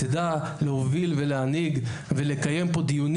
תדע להוביל ולהנהיג ולקיים פה דיונים